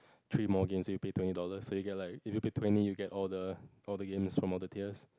three more games you pay twenty dollars so you get like if you pay twenty you get all the all the games from all the tiers